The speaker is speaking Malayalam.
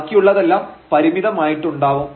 ബാക്കിയുള്ളതെല്ലാം പരിമിതമായിട്ടുണ്ടാവും